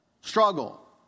Struggle